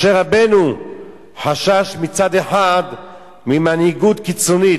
משה רבנו חשש מצד אחד ממנהיגות קיצונית,